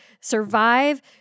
survive